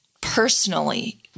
personally